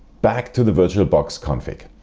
back to the virtualbox config.